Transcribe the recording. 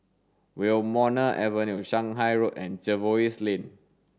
Wilmonar Avenue Shanghai Road and Jervois Lane